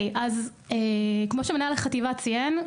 כמו שמנהל החטיבה ציין,